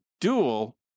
Dual